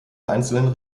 einzelnen